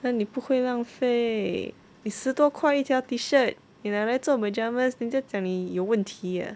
哪里不会浪费十多块一条 T-shirt 你拿来做 pyjamas 人家讲你有问题 ah